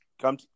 come